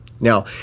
Now